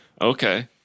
Okay